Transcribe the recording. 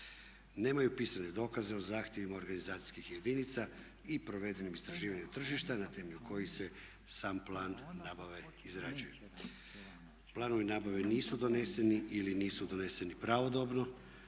Nemaju pisane dokaze o zahtjevima organizacijskih jedinica i provedenim istraživanjima tržišta na temelju kojih se sam plan nabave izrađuje. Planovi nabave nisu doneseni ili nisu doneseni pravodobno,